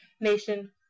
Nation